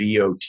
VOT